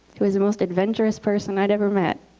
who was the most adventurous person i'd ever met,